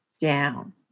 down